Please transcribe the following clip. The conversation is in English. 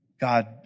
God